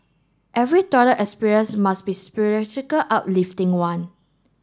every toilet experience must be uplifting one